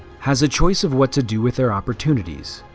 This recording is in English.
has a choice of what to do with their opportunities,